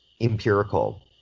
empirical